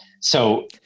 So-